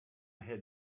had